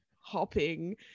hopping